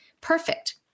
perfect